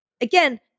again